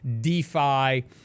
DeFi